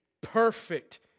perfect